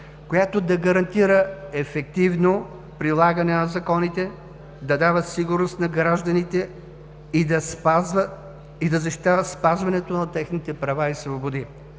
която да гарантира ефективно прилагане на законите, да дава сигурност на гражданите и да защитава спазването на техните права и свободи.